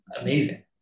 amazing